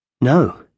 No